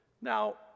Now